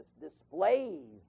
displays